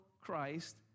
Christ